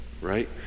right